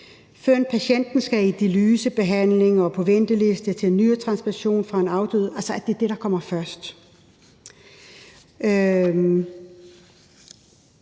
før patienten skal i dialysebehandling og på venteliste til en nyretransplantation fra en afdød, altså at det er det, der kommer først.